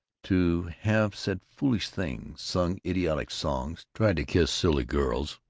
to have said foolish things, sung idiotic songs, tried to kiss silly girls!